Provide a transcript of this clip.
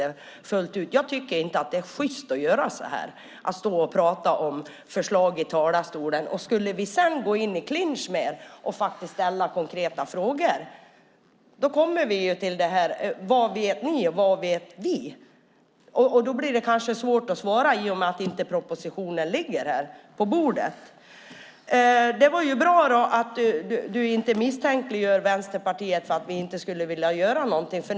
Det är inte sjyst att stå och tala om dessa förslag i talarstolen. Om vi skulle gå i clinch med er och ställa konkreta frågor kommer vi till: Vad vet ni? Vad vet vi? Då blir det svårt att svara eftersom propositionen inte ligger på bordet. Det är bra att du inte tror att Vänsterpartiet inte vill göra något åt narkotikan.